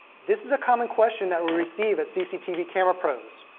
this is a common question that we receive at cctv camera pros.